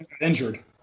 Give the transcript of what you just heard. injured